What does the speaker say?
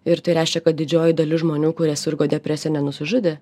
ir tai reiškia kad didžioji dalis žmonių kurie sirgo depresija nenusižudė